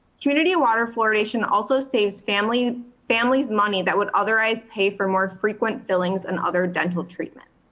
community water fluoridation also saves family's family's money that would otherwise pay for more frequent fillings and other dental treatments.